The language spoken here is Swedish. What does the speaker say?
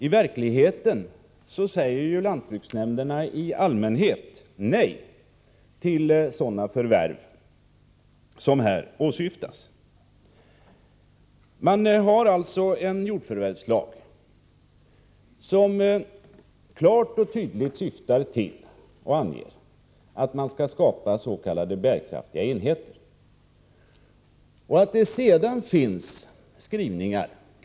I verkligheten är det så, att lantbruksnämnderna i allmänhet säger nej till sådana förvärv som här åsyftas. Jordförvärvslagen anger klart och tydligt att syftet skall vara att skapa s.k. bärkraftiga enheter, anser lantbruksnämnderna.